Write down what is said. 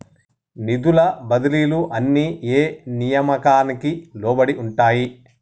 నిధుల బదిలీలు అన్ని ఏ నియామకానికి లోబడి ఉంటాయి?